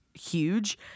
huge